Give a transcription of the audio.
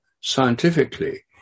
scientifically